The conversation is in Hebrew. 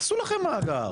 תעשו לכם מאגר